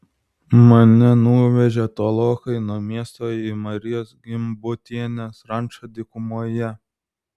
mane nuvežė tolokai nuo miesto į marijos gimbutienės rančą dykumoje